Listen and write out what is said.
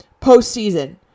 postseason